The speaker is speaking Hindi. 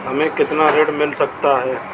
हमें कितना ऋण मिल सकता है?